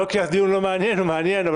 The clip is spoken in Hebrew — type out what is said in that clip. לא כי הדיון לא מעניין הוא מעניין אבל